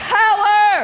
power